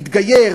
תתגייר,